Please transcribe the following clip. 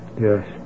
Yes